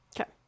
Okay